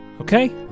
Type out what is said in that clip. Okay